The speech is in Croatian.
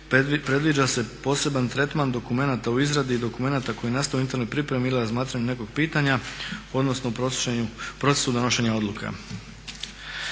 predviđa se poseban tretman dokumenata u izradi i dokumenata koji nastaju u internoj pripremi ili razmatranju nekog pitanja odnosno u procesu donošenja odluka.